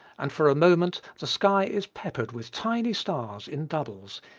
and for a moment the sky is peppered with tiny stars in doubles,